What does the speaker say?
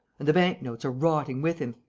and the bank-notes are rotting with him.